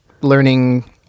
learning